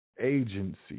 agency